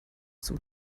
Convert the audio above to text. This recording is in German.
zum